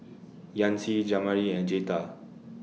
Yancy Jamari and Jetta